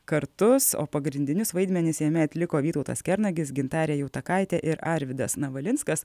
kartus o pagrindinius vaidmenis jame atliko vytautas kernagis gintarė jautakaitė ir arvydas navalinskas